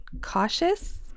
cautious